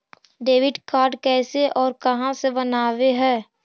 Debit card कैसे और कहां से बनाबे है?